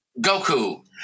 Goku